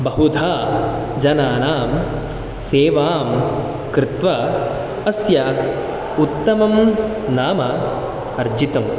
बहुधा जनानां सेवां कृत्वा अस्य उत्तमं नाम अर्जितम्